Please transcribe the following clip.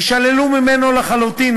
יישללו ממנו לחלוטין,